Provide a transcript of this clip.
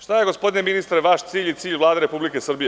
Šta je gospodine ministre vaš cilj i cilj Vlade Republike Srbije?